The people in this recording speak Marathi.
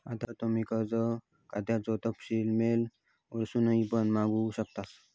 आता तुम्ही कर्ज खात्याचो तपशील मेल वरसून पण मागवू शकतास